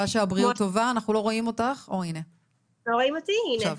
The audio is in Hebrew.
אז רק